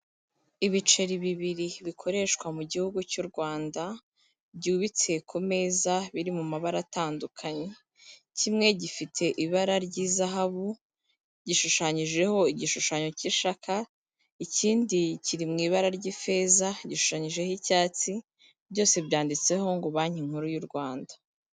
Ibiceri bibiri bikoreshwa mu gihugu cy'u Rwanda, byubitse ku meza biri mu mabara atandukanye, kimwe gifite ibara ry'izahabu gishushanyijeho igishushanyo cy'ishaka, ikindi kiri mu ibara ry'ifeza gishushanyijeho icyatsi, byose byanditseho ngo banki nkuru y'u Rwanda.